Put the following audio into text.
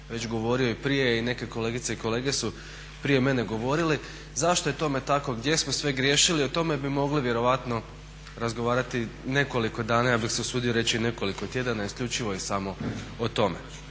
već govorio i prije i neke kolegice i kolege su prije mene govorili. Zašto je tome tako? Gdje smo sve griješili? O tome bi mogli vjerojatno razgovarati nekoliko dana, ja bih se usudio reći i nekoliko tjedana isključivo i samo o tome.